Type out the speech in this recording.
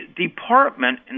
department